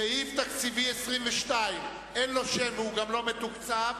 סעיף תקציבי 22, אין לו שם, והוא גם לא מתוקצב,